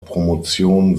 promotion